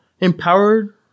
empowered